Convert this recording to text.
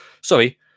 Sorry